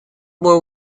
were